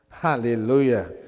hallelujah